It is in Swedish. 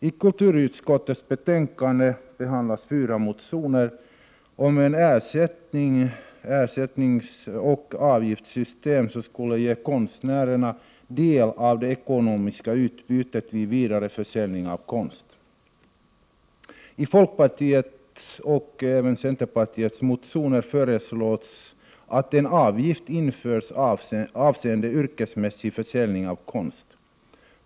I kulturutskottets betänkande behandlas fyra motioner om ett ersättningsoch avgiftssystem, som skulle ge konstnärerna del av det ekonomiska utbytet vid vidareförsäljning av konst. I folkpartiets och även centerpartiets motioner föreslås att en avgift införs avseende yrkesmässig försäljning av konst.